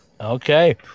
Okay